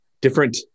different